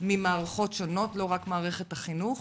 ממערכות שונות, לא רק מערכת החינוך,